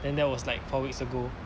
then that was like four weeks ago